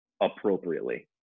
appropriately